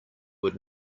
would